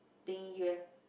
thing you have